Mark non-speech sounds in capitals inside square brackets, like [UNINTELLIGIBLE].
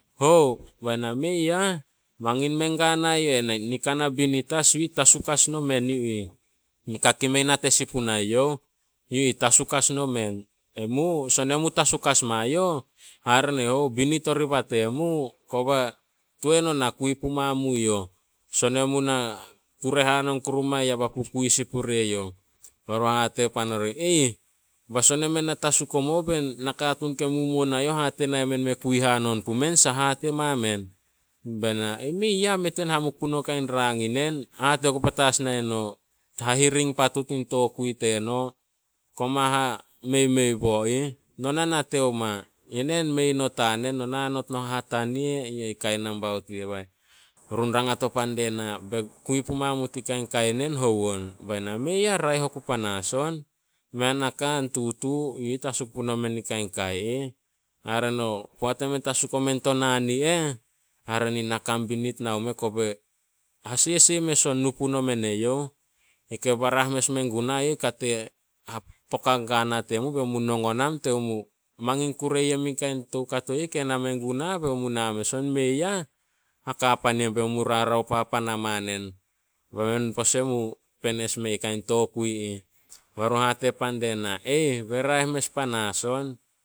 me hitol pouts ne Hagogohe kaba lam u ka pepesa balia ena ka talagia i- i Lemanmanu i Tanamalo tere Habeni, Jonathan Habeni. Ba lia e kag ba lia e ma skul haniga has gi. [HESITATION] U lotu Methodist i ron lauu i Petats tina ron katein u Krismas, i la hasiu u katuun pan ba lam a galapien u tetenei, alam u ka pinpino hasia i han. Te lama te lama, alam ma mala atei sileia, te pan hapopoia u Krismas, a saha ka ti selebrate turu Krismas. Sinip [UNINTELLIGIBLE] u Krismas e a saha a mining tanen nonei tara man poata eni, balam te ka pinpino talasim. Bate lana, napina a poata alo tara marue hamanasa aliu go skul pouts balia kopis pouts guma i Eltupan balia mi hatania pouts tsegu skul. Aliu pa hakapa- aliu pan hakapa ba lia me skul pouts gia i Eltupan. A man misinari teacher ti ron lala, e Kebon i Saposa, [HESITATION] Kelep Tuhein i Nova. I Kout-e-kav-